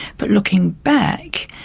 but looking back,